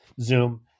Zoom